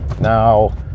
now